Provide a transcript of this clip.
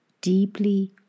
deeply